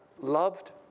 loved